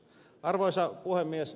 arvoisa puhemies